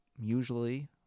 usually